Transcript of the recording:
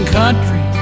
country